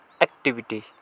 activity